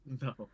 No